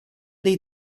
dei